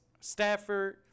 Stafford